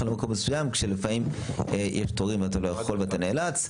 למקום מסוים כשלפעמים יש תורים ואתה לא יכול ואתה נאלץ.